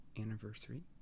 anniversary